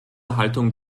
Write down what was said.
haltung